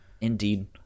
indeed